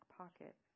pocket